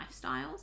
lifestyles